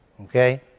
Okay